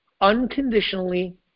unconditionally